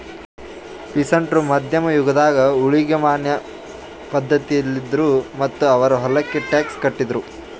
peasant ರು ಮಧ್ಯಮ್ ಯುಗದಾಗ್ ಊಳಿಗಮಾನ್ಯ ಪಧ್ಧತಿಯಲ್ಲಿದ್ರು ಮತ್ತ್ ಅವ್ರ್ ಹೊಲಕ್ಕ ಟ್ಯಾಕ್ಸ್ ಕಟ್ಟಿದ್ರು